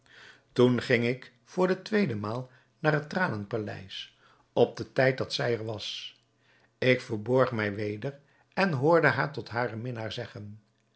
toen ging ik voor de tweede maal naar het tranenpaleis op den tijd dat zij er was ik verborg mij weder en hoorde haar tot haren minnaar zeggen